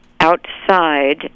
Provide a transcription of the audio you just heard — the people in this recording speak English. outside